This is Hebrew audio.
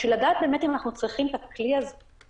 בשביל לדעת באמת האם אנחנו צריכים את הכלי הזה,